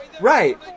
Right